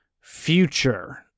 Future